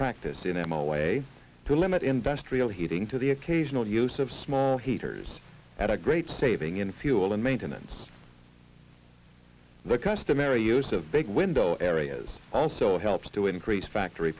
practice in em all way to limit invest real heating to the occasional use of small heaters had a great saving in fuel and maintenance the customary use of big window areas also helps to increase factory